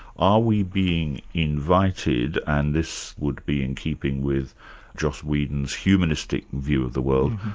are we being invited and this would be in keeping with joss whedon's humanistic view of the world,